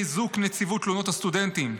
חיזוק נציבות תלונות הסטודנטים,